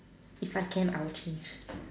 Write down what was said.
if I can I would change